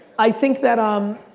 i think that um